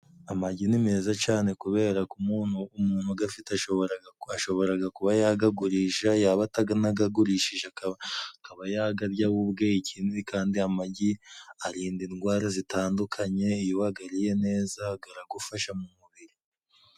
Amagi ni meza cane kubera gu umuntu umuntu ugafite ashoboraga kuba yagagurisha yaba atanagagurishije agaba yagarya we ubwe ikindi kandi amagi arinda indwara zitandukanye iyo wagariye neza garagufasha mu mubiri.